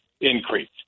increase